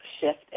shift